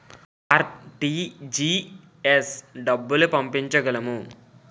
RTGS డబ్బులు పంపించగలము?